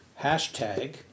hashtag